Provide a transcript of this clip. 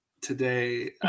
today